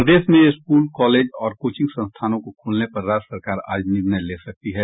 प्रदेश में school college और coaching संस्थानों को खोलने पर राज्य सरकार आज निर्णय ले सकती है